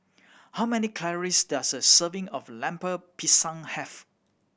how many calories does a serving of Lemper Pisang have